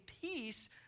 peace